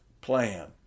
plan